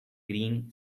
green